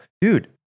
Dude